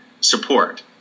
support